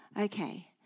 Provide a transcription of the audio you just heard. okay